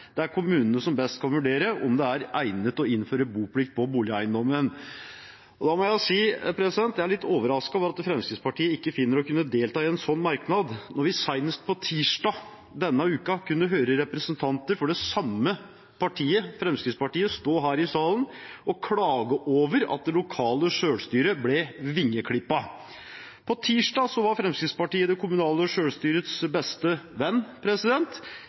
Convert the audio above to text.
Det er kommunene som best kan vurdere om det er egnet å innføre boplikt på boligeiendom.» Jeg må si at jeg er litt overrasket over at Fremskrittspartiet ikke finner å kunne delta i en sånn merknad, når vi senest på tirsdag denne uken kunne høre representanter for det samme partiet stå her i salen og klage over at det lokale selvstyret ble vingeklippet. På tirsdag var Fremskrittspartiet det kommunale selvstyrets beste venn.